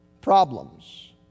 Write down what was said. problems